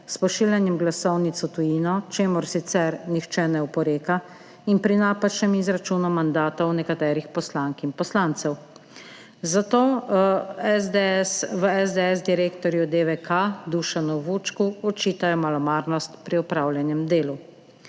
s pošiljanjem glasovnic v tujino, čemur sicer nihče ne oporeka, in pri napačnem izračunu mandatov nekaterih poslank in poslancev. Zato v SDS direktorju DVK Dušanu Vučku očitajo malomarnost pri opravljenem delu.